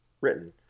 written